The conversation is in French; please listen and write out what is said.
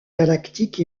galactique